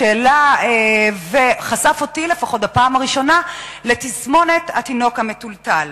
שחשף אותי בפעם הראשונה לתסמונת התינוק המטולטל,